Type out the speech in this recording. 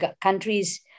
countries